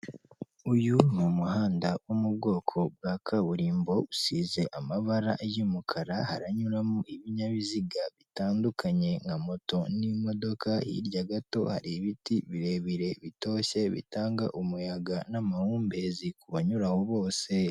Uyu umuhanda wo mu bwoko bwa kaburimbo usize amabara y'umukara haranyuramo ibinyabiziga bitandukanye nka moto n'imodoka hirya gato hari ibiti birebire bitoshye bitanga umuyaga n'amahumbezi ku banyura aho bose.